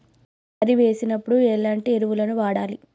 వరి వేసినప్పుడు ఎలాంటి ఎరువులను వాడాలి?